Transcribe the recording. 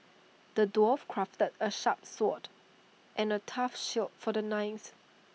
the dwarf crafted A sharp sword and A tough shield for the knight